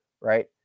right